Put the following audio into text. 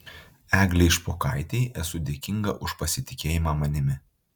eglei špokaitei esu dėkinga už pasitikėjimą manimi